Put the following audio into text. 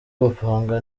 gupanga